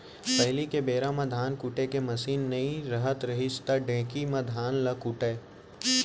पहिली के बेरा म धान कुटे के मसीन नइ रहत रहिस त ढेंकी म धान ल कूटयँ